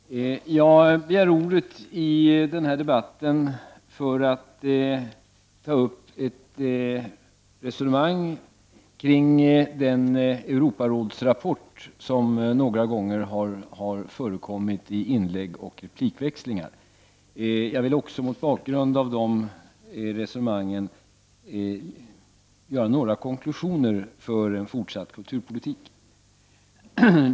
Herr talman! Jag begärde ordet i denna debatt för att ta upp ett resonemang kring den Europarådsrapport som några gånger har förekommit i inlägg och replikväxlingar. Jag vill också mot bakgrund av de resonemangen göra några konklusioner för en fortsatt kulturpolitik.